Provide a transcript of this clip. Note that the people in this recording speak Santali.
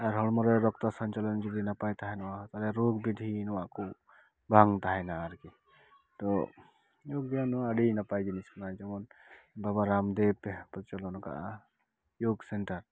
ᱟᱨ ᱦᱚᱲᱢᱚᱨᱮ ᱨᱚᱠᱛᱚ ᱥᱚᱧᱪᱟᱞᱚᱱ ᱡᱩᱫᱤ ᱱᱟᱯᱟᱭ ᱛᱟᱦᱮᱱᱚᱜᱼᱟ ᱛᱟᱦᱚᱞᱮ ᱨᱳᱜᱽ ᱵᱤᱫᱷᱤ ᱱᱚᱣᱟ ᱠᱚ ᱵᱟᱝ ᱛᱟᱦᱮᱱᱟ ᱟᱨᱠᱤ ᱛᱚ ᱭᱳᱜᱽ ᱵᱮᱭᱟᱢ ᱱᱚᱣᱟ ᱟᱹᱰᱤ ᱱᱟᱯᱟᱭ ᱡᱤᱱᱤᱥ ᱠᱟᱱᱟ ᱡᱮᱢᱚᱱ ᱵᱟᱵᱟ ᱨᱟᱢᱫᱮᱵ ᱯᱨᱚᱪᱚᱞᱚᱱ ᱟᱠᱟᱫᱼᱟ ᱭᱳᱜᱽ ᱥᱮᱱᱴᱟᱨ